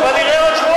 אין, הציבור לא יראה.